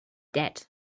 that